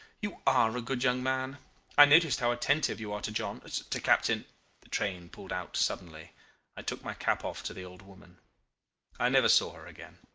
you are a good young man i noticed how attentive you are to john to captain the train pulled out suddenly i took my cap off to the old woman i never saw her again.